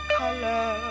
color